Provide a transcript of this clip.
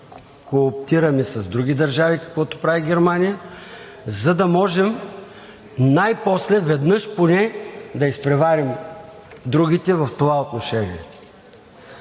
кооптираме с други държави, каквото прави Германия, за да можем най-после, веднъж поне да изпреварим другите в това отношение.